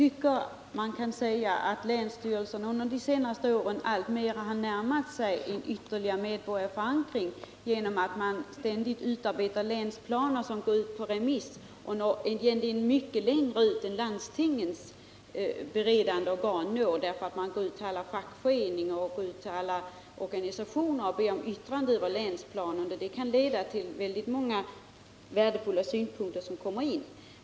Herr talman! Jag tycker att länsstyrelserna under de senaste åren alltmer har närmat sig en ytterligare medborgarförankring genom att ständigt utarbeta länsplaner som går ut på remiss. Länsstyrelserna når mycket längre ut än landstingens beredande organ. Alla fackföreningar och organisationer får yttra sig över länsplanerna. Det leder till att väldigt många värdefulla synpunkter kommer in.